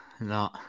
No